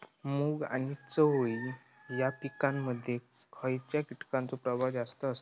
मूग आणि चवळी या पिकांमध्ये खैयच्या कीटकांचो प्रभाव जास्त असता?